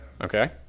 Okay